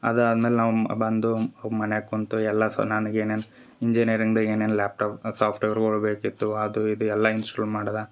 ಅದಾದ್ಮೇಲೆ ನಾವು ಬಂದು ಹೋಗಿ ಮನ್ಯಾಗ ಕುಂತು ಎಲ್ಲ ಸಾ ನನ್ಗೆ ಏನೇನು ಇಂಜಿನಿಯರಿಂಗ್ದಾಗ ಏನೇನು ಲ್ಯಾಪ್ಟಾಪ್ ಸಾಫ್ಟ್ವೇರ್ ಒಳ್ ಬೇಕಿತ್ತು ಅದು ಇದು ಎಲ್ಲ ಇನ್ಸ್ಟುಲ್ ಮಾಡ್ದ